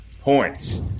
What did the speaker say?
points